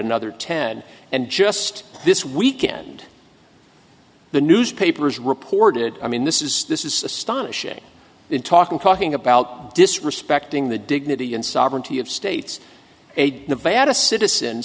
another ten and just this weekend the newspapers reported i mean this is this is astonishing in talking talking about disrespecting the dignity and sovereignty of states a nevada citizen